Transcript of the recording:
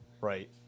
right